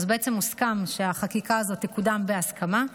הוסכם שהחקיקה הזאת תקודם בהסכמה,